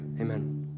amen